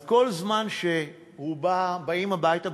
אז כל זמן שבאים הביתה,